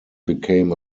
became